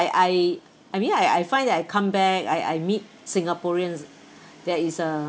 I I I mean that I I find that I come back I I meet singaporeans there is a